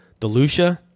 DeLucia